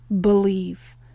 believe